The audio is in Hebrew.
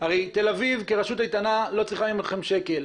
הרי תל אביב כרשות איתנה לא צריכה מכם שקל,